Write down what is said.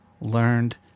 Learned